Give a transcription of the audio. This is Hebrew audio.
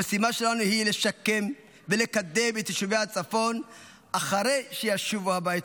המשימה שלנו היא לשקם ולקדם את יישובי הצפון אחרי שישובו הביתה,